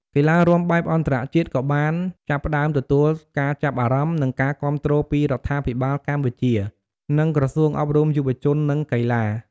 កីឡារាំបែបអន្តរជាតិក៏បានចាប់ផ្តើមទទួលការចាប់អារម្មណ៍ និងការគាំទ្រពីរដ្ឋាភិបាលកម្ពុជា និងក្រសួងអប់រំ យុវជន និងកីឡា។